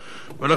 ולכן,